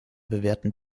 bewerten